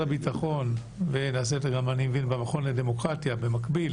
הביטחון וגם במכון הישראלי לדמוקרטיה במקביל